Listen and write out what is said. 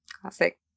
Classic